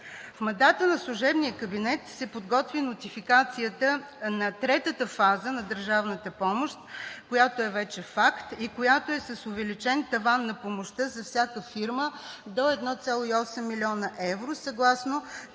В мандата на служебния кабинет се подготви Нотификацията на третата фаза на държавната помощ, която е вече факт и която е с увеличен таван на помощта за всяка фирма – до 1,8 млн. евро, съгласно